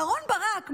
אהרן ברק,